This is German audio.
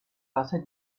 wasser